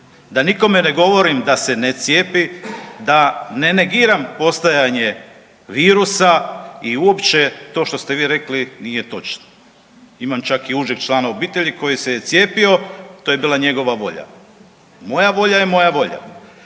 da nikome ne govorim da se ne cijepi, da ne negiram postojanje virusa i uopće to što ste vi rekli nije točno. Imam čak i užeg člana obitelji koji se je cijepio, to je bila njegova volja, moja volja je moja volja.